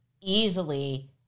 easily